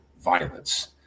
violence